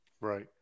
Right